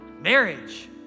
marriage